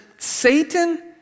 Satan